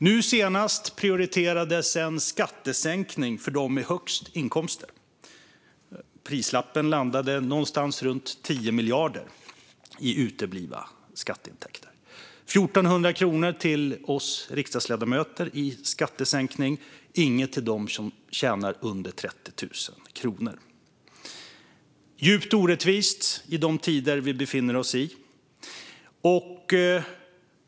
Nu senast prioriterades en skattesänkning för dem med högst inkomster. Prislappen landade någonstans runt 10 miljarder i uteblivna skatteintäkter. Det blev 1 400 kronor i skattesänkning till oss riksdagsledamöter, men inget till dem som tjänar under 30 000 kronor. Det är djupt orättvist i de tider vi befinner oss i.